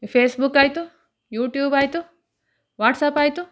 ಫೇಸ್ಬುಕ್ಕಾಯಿತು ಯೂಟ್ಯೂಬಾಯಿತು ವಾಟ್ಸಪ್ಪಾಯಿತು